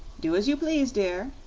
do as you please, dear,